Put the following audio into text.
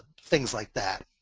things like that.